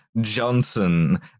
Johnson